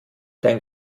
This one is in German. dein